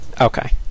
Okay